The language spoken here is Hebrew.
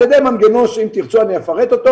על ידי מנגנון שאם תרצו אני אפרט אותו